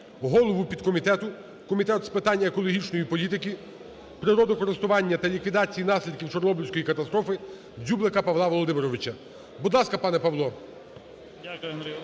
голову підкомітету Комітету з питань екологічної політики, природокористування та ліквідації наслідків Чорнобильської катастрофи Дзюблика Павла Володимировича. Будь ласка, пане Павло. 17:11:09